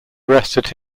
arrested